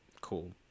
Cool